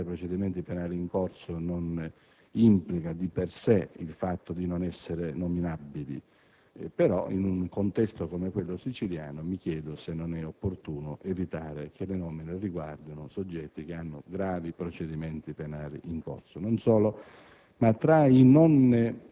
in corso. Tutti sanno che avere procedimenti penali in corso non implica di per sé il fatto di non essere nominabili. Però, in un contesto come quello siciliano, mi chiedo se non sia opportuno evitare che le nomine riguardino soggetti che hanno gravi procedimenti penale in corso. Non solo,